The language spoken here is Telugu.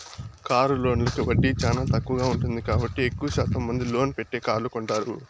కారు లోన్లకు వడ్డీ చానా తక్కువగా ఉంటుంది కాబట్టి ఎక్కువ శాతం మంది లోన్ పెట్టే కార్లు కొంటారు